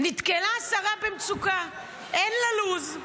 נתקלה השרה במצוקה, אין לה לו"ז,